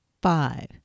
Five